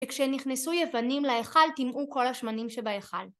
וכשנכנסו יוונים להיכל, טימאו כל השמנים שבהיכל.